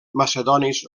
macedonis